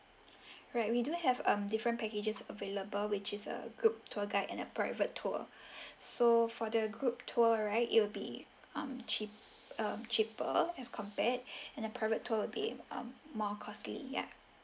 right we do have um different packages available which is a group tour guide and a private tour so for the group tour right it'll be um cheap uh cheaper as compared and a private tour would be um more costly ya